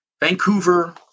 Vancouver